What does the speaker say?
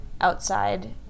outside